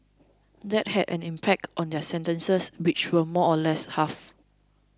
that had an impact on their sentences which were more or less halved